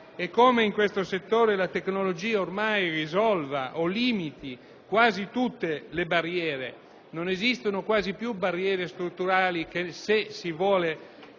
e come in questo settore la tecnologia ormai risolva o limiti quasi tutte le barriere, infatti non esistono quasi più barriere strutturali, se vi è la